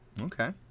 Okay